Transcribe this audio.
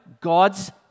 God's